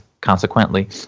consequently